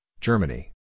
Germany